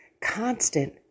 constant